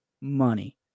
money